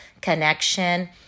connection